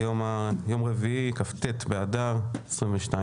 היום כ"ט באדר התשפ"ג,